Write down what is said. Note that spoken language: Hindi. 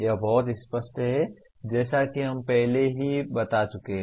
यह बहुत स्पष्ट है जैसा कि हम पहले ही बता चुके हैं